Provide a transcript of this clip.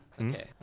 Okay